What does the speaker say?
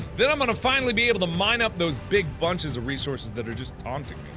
then i'm gonna finally be able to mine up those big bunches of resources that are just taunting